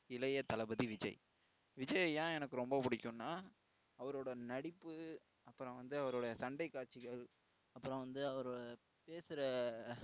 இளைய தளபதி விஜய் விஜயை ஏன் எனக்கு ரொம்ப பிடிக்குன்னா அவரோட நடிப்பு அப்புறம் வந்து அவரோடய சண்டைக் காட்சிகள் அப்புறம் வந்து அவர் பேசுகிற